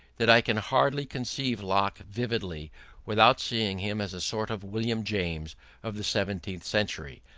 that i can hardly conceive locke vividly without seeing him as a sort of william james of the seventeenth century.